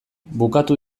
bukatu